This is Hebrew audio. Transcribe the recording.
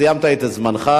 סיימת את זמנך.